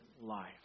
life